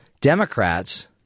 Democrats